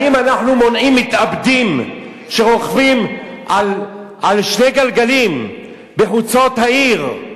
האם אנחנו מונעים מתאבדים שרוכבים על שני גלגלים בחוצות העיר,